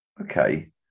okay